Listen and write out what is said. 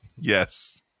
yes